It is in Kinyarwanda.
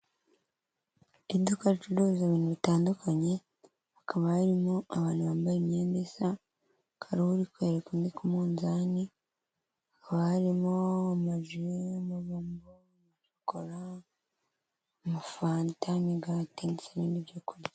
Iduka ricuruza ibintu bitandukanye hakaba harimo abantu bambaye imyenda isa. Hakaba hari uri kwereka undi ku munzani haba harimo amaji, amabombo, shokora amafanta imigati ndetse n'ibyo kurya.